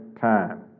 time